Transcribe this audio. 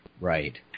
Right